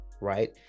right